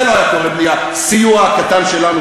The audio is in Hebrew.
גם זה לא היה קורה בלי הסיוע הקטן שלנו,